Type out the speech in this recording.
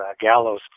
Gallows